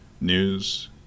news